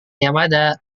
yamada